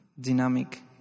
dynamic